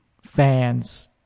fans